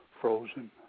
Frozen